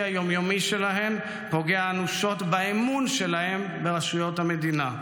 היום-יומי שלהן פוגע אנושות באמון שלהן ברשויות המדינה.